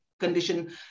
condition